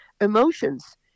emotions